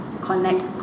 Connect